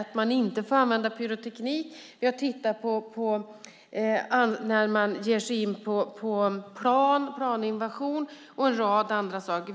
att man inte får använda pyroteknik. Vi har tittat på planinvasion, när någon ger sig in på planen, och en rad andra saker.